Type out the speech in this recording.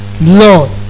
Lord